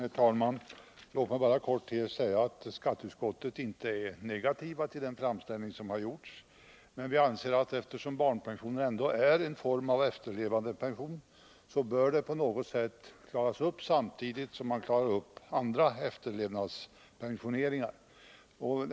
Herr talman! Jag vill bara helt kort säga att vi inom skatteutskottet inte är negativa till den framställning som gjorts. Men vi anser att frågan om beskattning av barnpensionerna, som ändå är en form av efterlevandepension, på något sätt bör kunna klaras ut i samband med behandlingen av andra efterlevandepensioner.